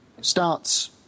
starts